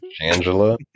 angela